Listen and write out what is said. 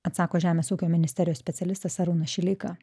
atsako žemės ūkio ministerijos specialistas arūnas šileika